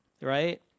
right